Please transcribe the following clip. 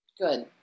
Good